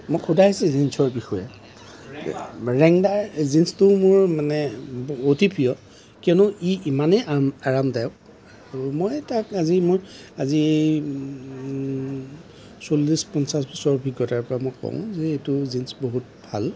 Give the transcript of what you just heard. মোক সুধা হৈছে জিনছৰ বিষয়ে ৰেংদাৰ জিনছটো মোৰ মানে অতি প্ৰিয় কিয়নো ই ইমানেই আৰাম আৰামদায়ক আৰু মই তাক আজি মই আজি চল্লিছ পঞ্চাছ বছৰৰ অভিজ্ঞতাৰ পৰা মই কওঁ যে এইটো জিনছ বহুত ভাল